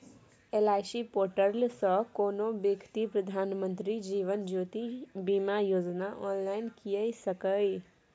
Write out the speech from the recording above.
LIC portal सँ कोनो बेकती प्रधानमंत्री जीबन ज्योती बीमा योजना आँनलाइन कीन सकैए